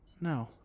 no